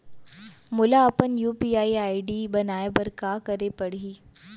मोला अपन UPI ID बनाए बर का करे पड़ही?